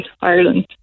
Ireland